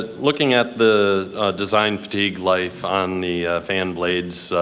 ah looking at the design fatigue life on the fan blades,